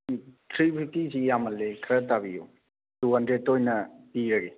three ꯐꯤꯐꯇꯤꯁꯤ ꯌꯥꯝꯃꯜꯂꯦ ꯈꯔ ꯇꯥꯕꯤꯌꯨ ꯇꯨ ꯍꯟꯗ꯭ꯔꯦꯗꯇ ꯑꯣꯏꯅ ꯄꯤꯔꯒꯦ